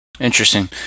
Interesting